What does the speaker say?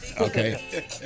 Okay